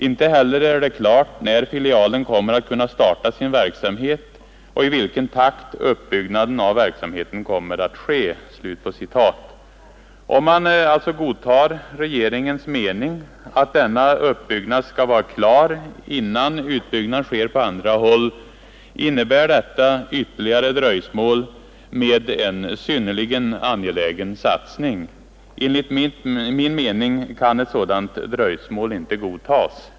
Inte heller är det klart när filialen kommer att kunna starta sin verksamhet och i vilken takt uppbyggnaden av verksamheten kommer att ske.” Om man godtar regeringens mening att denna uppbyggnad skall vara klar innan utbyggnad sker på andra håll, så innebär detta ytterligare dröjsmål med en synnerligen angelägen satsning. Enligt min mening kan ett sådant dröjsmål inte accepteras.